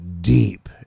deep